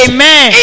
Amen